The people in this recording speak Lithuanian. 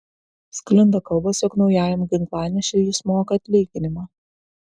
sklinda kalbos jog naujajam ginklanešiui jis moka atlyginimą